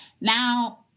now